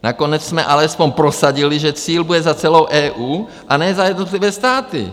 Nakonec jsme alespoň prosadili, že cíl bude za celou EU, a ne za jednotlivé státy.